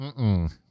Mm-mm